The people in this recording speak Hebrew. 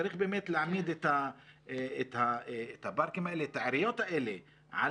צריך באמת להעמיד את העיריות האלה על